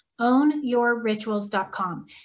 Ownyourrituals.com